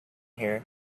here